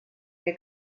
què